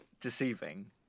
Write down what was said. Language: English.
deceiving